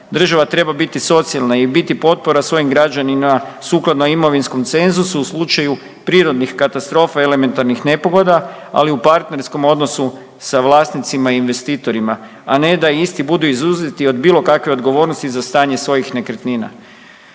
Država treba biti socijalna i biti potpora svojim građanima sukladno imovinskom cenzusu u slučaju prirodnih katastrofa, elementarnih nepogoda, ali i u partnerskom odnosu sa vlasnicima i investitorima, a ne da isti budu izuzeti od bilo kakve odgovornosti za stanje svojih nekretnina.